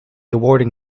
awarding